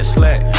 slack